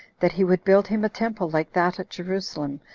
that he would build him a temple like that at jerusalem,